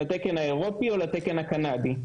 לתקן האירופי או לתקן הקנדי.